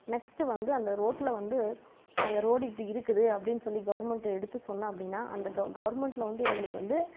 next வந்து அந்த ரோட்டில் வந்து நாங்கள் ரோடு இப்படி இருக்குது அப்படின்னு சொல்லி கவுர்மெண்ட்ல எடுத்து சொன்னேன் அப்படின்னா அந்த கவர்மெண்ட்ல வந்து எங்களுக்கு வந்து